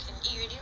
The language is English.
eat already lor